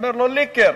אומר לו: ליקר.